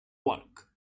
work